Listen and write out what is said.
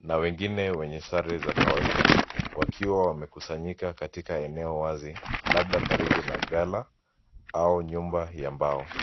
na wengine wenye sare za kawaida wakiwa wamekusanyika katika eneo wazi labda karibu na ghala au nyumba ya mbao.